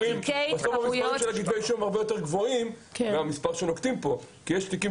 מספר כתבי האישום הרבה יותר גבוה מהמספרים שנוקטים פה כי יש תיקים